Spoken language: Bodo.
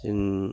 जों